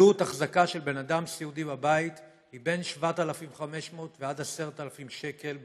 עלות החזקה של בן אדם סיעודי בבית היא 7,500 10,000 ש"ח בחודש.